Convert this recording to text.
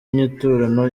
inyiturano